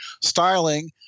styling